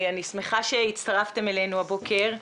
אני שמחה שהצטרפתם אלינו הבוקר,